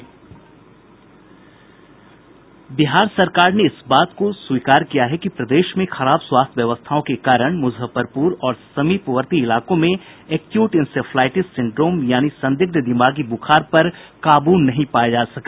बिहार सरकार ने इस बात को स्वीकार किया है कि प्रदेश में खराब स्वास्थ्य व्यवस्थाओं के कारण मुजफ्फरपूर और समीपवर्ती इलाकों में एक्यूट इंसेफ्लाईस सिंड्रोम यानि संदिग्ध दिमागी बुखार पर काबू नहीं पाया जा सका